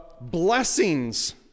blessings